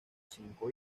cinco